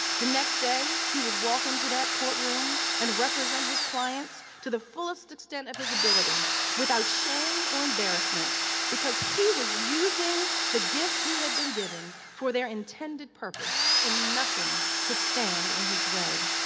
the next day he would walk into that courtroom and represent his clients to the fullest extent of his ability, without shame or embarrassment because he was using the gifts he had been given for their intended purpose and nothing could stand in his way.